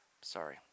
Sorry